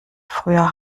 früher